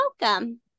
welcome